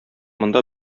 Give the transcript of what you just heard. монда